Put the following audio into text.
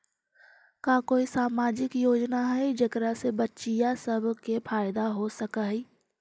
का कोई सामाजिक योजना हई जेकरा से बच्चियाँ सब के फायदा हो सक हई?